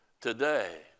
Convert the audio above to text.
today